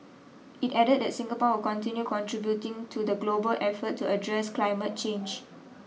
it added that Singapore will continue contributing to the global effort to address climate change